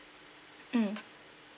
mm